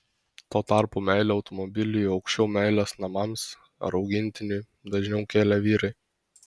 tuo tarpu meilę automobiliui aukščiau meilės namams ar augintiniui dažniau kėlė vyrai